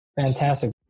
fantastic